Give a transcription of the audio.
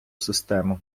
систему